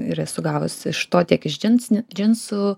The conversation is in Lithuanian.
ir esu gavus iš to tiek iš džinsinių džinsų